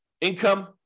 Income